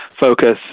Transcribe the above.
focus